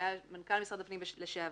שהיה מנכ"ל משרד הפנים לשעבר,